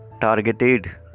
targeted